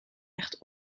echt